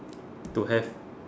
to have